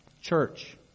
church